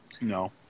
No